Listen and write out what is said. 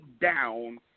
down